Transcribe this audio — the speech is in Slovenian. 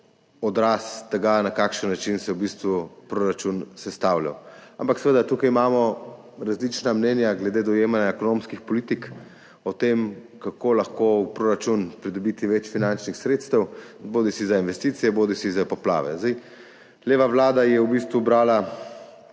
odraz tega, na kakšen način se je v bistvu proračun sestavljal. Ampak seveda imamo tukaj različna mnenja glede dojemanja ekonomskih politik, o tem, kako lahko v proračun pridobiti več finančnih sredstev bodisi za investicije bodisi za poplave. Leva vlada je v bistvu ubrala